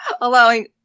allowing